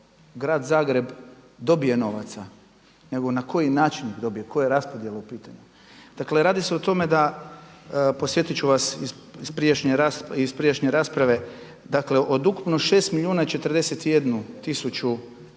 grad Zagreb dobije novaca, nego na koji način dobije, koja je raspodjela u pitanju. Dakle, radi se o tome da, podsjetit ću vas iz prijašnje rasprave. Dakle, od ukupno 6 milijuna i 41271